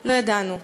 לא ידענו.